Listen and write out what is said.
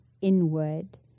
inward